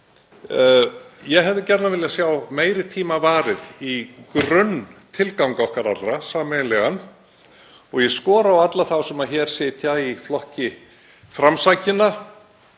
Ég hefði gjarnan viljað sjá meiri tíma varið í grunntilgang okkar allra, sameiginlegan. Ég skora á alla þá sem hér sitja í flokki framsækinna,